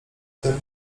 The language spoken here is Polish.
tym